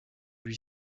lui